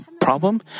problem